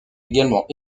également